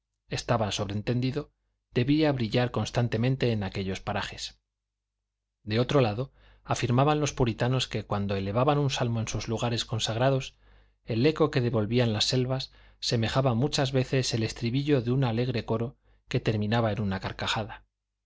estaba sobrentendido debía brillar constantemente en aquellos parajes de otro lado afirmaban los puritanos que cuando elevaban un salmo en sus lugares consagrados el eco que devolvían las selvas semejaba muchas veces el estribillo de un alegre coro que terminaba en una carcajada